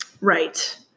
Right